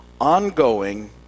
ongoing